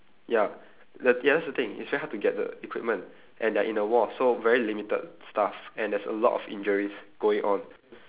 ya th~ ya that's the thing it's very hard to get the equipment and they're in a war so very limited stuff and there's a lot of injuries going on